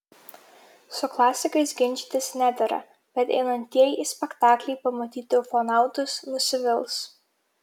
su klasikais ginčytis nedera bet einantieji į spektaklį pamatyti ufonautus nusivils